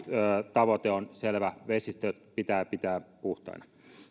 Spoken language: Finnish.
tavoite on selvä vesistöt pitää pitää puhtaina